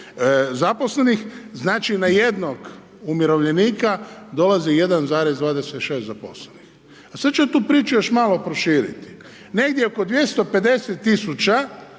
zaposlenih, znači na jednog umirovljenika dolazi 1,26 zaposlenih. A sad ću ja tu priču još malo proširiti. Negdje oko 250 tisuća